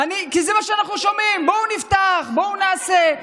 זה מה שאנחנו שומעים: בואו נפתח, בואו נעשה.